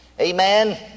Amen